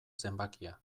zenbakia